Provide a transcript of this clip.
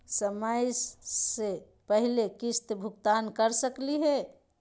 समय स पहले किस्त भुगतान कर सकली हे?